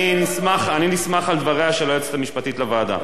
אני נסמך על דבריה של היועצת המשפטית לוועדה.